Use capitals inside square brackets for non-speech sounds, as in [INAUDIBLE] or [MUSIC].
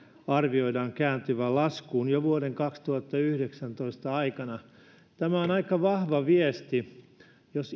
arvioidaan kääntyvän laskuun jo vuoden kaksituhattayhdeksäntoista aikana tämä on aika vahva viesti jos [UNINTELLIGIBLE]